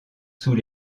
sous